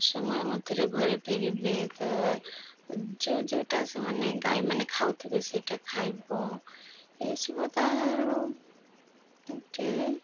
ସମୟ ମଧ୍ୟରେ ଘରେ ଫେରିବେ ତ ଯେଉଁ ଯେଉଁଟା ସେମାନେ ଗାଈମାନେ ଖାଉଥିବେ ସେଇଟା ଖାଇବ ଏସବୁ ତ ଗୋଟେ